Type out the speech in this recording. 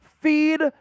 Feed